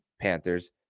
Panthers